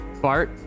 Bart